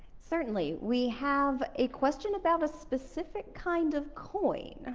certainly, we have a question about a specific kind of coin.